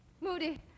Moody